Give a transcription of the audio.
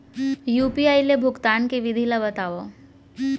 UPI ले भुगतान के विधि ला बतावव